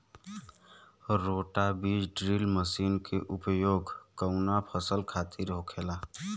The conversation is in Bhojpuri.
रोटा बिज ड्रिल मशीन के उपयोग कऊना फसल खातिर होखेला?